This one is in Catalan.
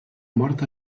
mort